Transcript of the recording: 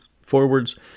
forwards